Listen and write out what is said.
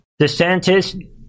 DeSantis